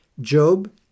Job